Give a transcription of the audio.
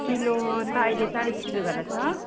kilo त अहिले चालिस रुपियाँ गरेर छ